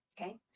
okay